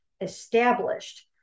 established